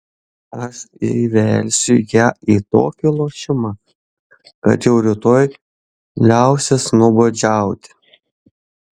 aš įvelsiu ją į tokį lošimą kad jau rytoj liausis nuobodžiauti